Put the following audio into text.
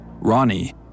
Ronnie